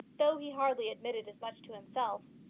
though he hardly admitted as much to himself,